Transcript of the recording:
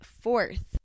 fourth